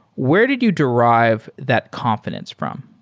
where did you derive that confidence from?